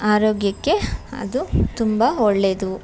ಆರೋಗ್ಯಕ್ಕೆ ಅದು ತುಂಬ ಒಳ್ಳೆಯದು